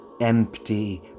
empty